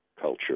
culture